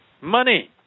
Money